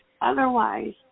Otherwise